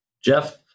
Jeff